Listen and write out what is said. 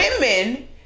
women